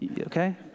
okay